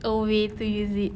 a way to use it